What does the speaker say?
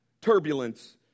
Turbulence